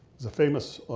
he's a famous